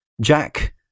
Jack